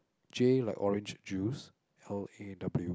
J like orange juice L_A_W